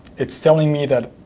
it's telling me that